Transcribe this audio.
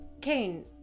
Kane